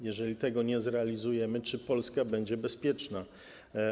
Jeżeli tego nie zrealizujemy, to czy Polska będzie bezpieczna?